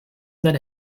that